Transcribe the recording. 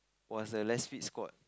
was a less fit squad